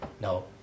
No